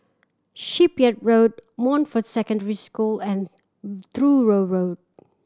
Shipyard Road Montfort Secondary School and Truro Road